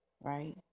right